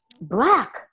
Black